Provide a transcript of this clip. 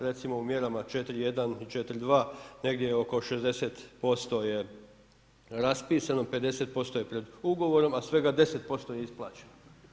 Recimo u mjerama 4.1., 4.2. negdje oko 60% je raspisano, 50% je pred ugovorom, a svega 10% neisplaćeno.